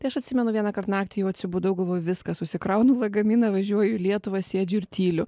tai aš atsimenu vienąkart naktį jau atsibudau galvoju viskas susikraunu lagaminą važiuoju į lietuvą sėdžiu ir tyliu